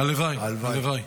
הלוואי, הלוואי.